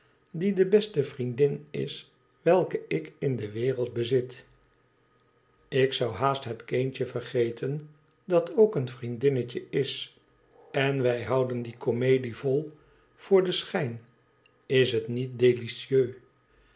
die de beste vriendin is welke ik in de wereld bezit ik zou haast het kindje vergeten dat ook een vriendinnetje is n wij houden diecomedie vol voor den schijn is het niet